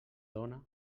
dona